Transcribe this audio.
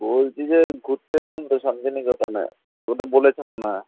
বলছি যে ঘুরতে যেতাম তো শান্তিনিকেতনে ও তো বলেছে মনে হয়